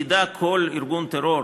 ידע כל ארגון טרור,